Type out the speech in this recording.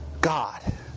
God